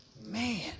Man